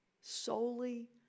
solely